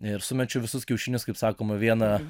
ir sumečiau visus kiaušinius kaip sakoma vieną